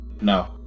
No